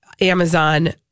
Amazon